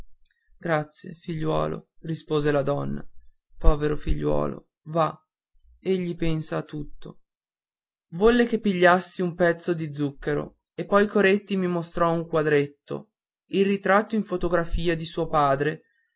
grazie figliuolo rispose la donna povero figliuolo va egli pensa a tutto volle che pigliassi un pezzo di zucchero e poi coretti mi mostrò un quadretto il ritratto in fotografia di suo padre